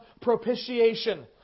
propitiation